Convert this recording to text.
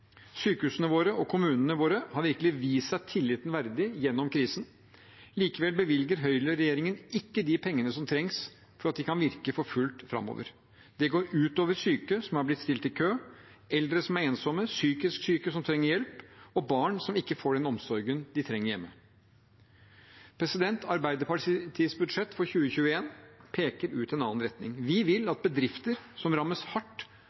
Sykehusene våre og kommunene våre har virkelig vist seg tilliten verdig gjennom krisen. Likevel bevilger høyreregjeringen ikke de pengene som trengs for at de kan virke for fullt framover. Det går ut over syke som har blitt stilt i kø, eldre som er ensomme, psykisk syke som trenger hjelp, og barn som ikke får den omsorgen de trenger, hjemme. Arbeiderpartiets budsjett for 2021 peker ut en annen retning. Vi vil at bedrifter som rammes hardt